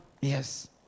Yes